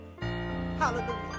hallelujah